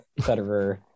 Federer